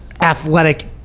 athletic